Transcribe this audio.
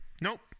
Nope